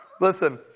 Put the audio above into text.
Listen